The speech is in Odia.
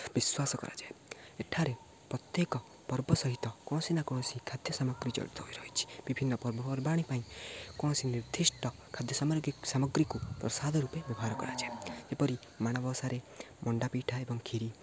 ବିଶ୍ୱାସ କରାଯାଏ ଏଠାରେ ପ୍ରତ୍ୟେକ ପର୍ବ ସହିତ କୌଣସି ନା କୌଣସି ଖାଦ୍ୟ ସାମଗ୍ରୀ ଜଡ଼ିତ ହୋଇ ରହିଛିି ବିଭିନ୍ନ ପର୍ବପର୍ବାଣି ପାଇଁ କୌଣସି ନିର୍ଦ୍ଧିଷ୍ଟ ଖାଦ୍ୟ ସାମ ସାମଗ୍ରୀକୁ ପ୍ରସାଦ ରୂପେ ବ୍ୟବହାର କରାଯାଏ ଯେପରି ମାଣବସାରେ ମଣ୍ଡା ପିଠା ଏବଂ ଖିରି